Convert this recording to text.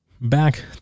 back